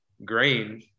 grain